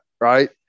Right